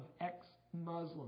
ex-Muslims